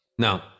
No